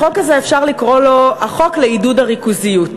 החוק הזה, אפשר לקרוא לו החוק לעידוד הריכוזיות.